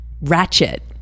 Ratchet